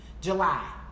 July